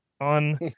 on